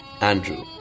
Andrew